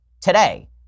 today